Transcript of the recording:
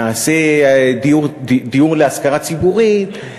נעשה דיור להשכרה ציבורית,